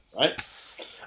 right